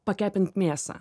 pakepint mėsą